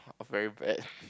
I'm very bad